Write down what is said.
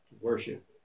worship